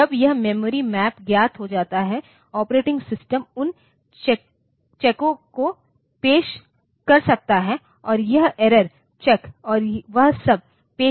तो जब यह मेमोरी मैप ज्ञात हो जाता है ऑपरेटिंग सिस्टम उन चेकों को पेश कर सकता है और यह एरर चैक और वह सब पेश कर सकता है